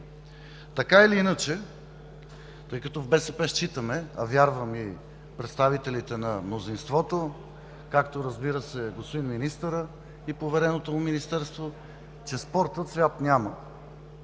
страниците на медиите. В БСП считаме, а вярвам и представителите на мнозинството, както, разбира се, господин министърът и повереното му министерство, че спортът цвят няма.